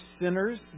sinners